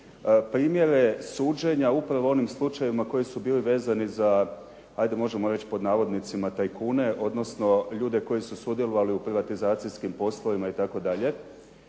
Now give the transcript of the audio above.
primjere suđenja upravo u onim slučajevima koji su bili vezani za, ajde možemo reći „tajkune“ odnosno ljude koji su sudjelovali u privatizacijskim poslovima itd.,